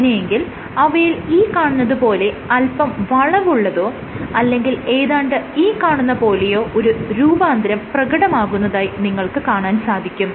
അങ്ങനെയെങ്കിൽ അവയിൽ ഈ കാണുന്നത് പോലെ അല്പം വളവുള്ളതോ അല്ലെങ്കിൽ ഏതാണ്ട് ഈ കാണുന്ന പോലെയോ ഒരു രൂപാന്തരം പ്രകടമാകുന്നതായി നിങ്ങൾക്ക് കാണാൻ സാധിക്കും